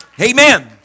Amen